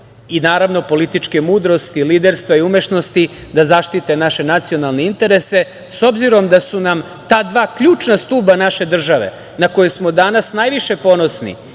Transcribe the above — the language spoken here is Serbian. i naravno, političke mudrosti, liderstva i umešnosti da zaštite naše nacionalne interese.S obzirom da su nam ta dva ključna stuba naše države na koja smo danas najviše ponosni